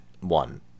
one